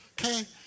Okay